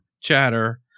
chatter